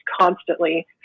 constantly